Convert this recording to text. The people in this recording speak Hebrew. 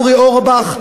אורי אורבך,